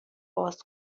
باز